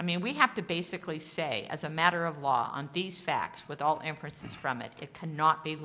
i mean we have to basically say as a matter of law on these facts with all inferences from it it cannot be